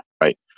right